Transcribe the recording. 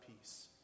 peace